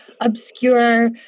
obscure